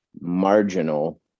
marginal